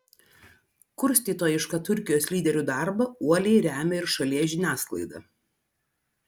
kurstytojišką turkijos lyderių darbą uoliai remia ir šalies žiniasklaida